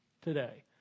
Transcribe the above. today